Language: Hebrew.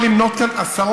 אני יכול למנות כאן עשרות.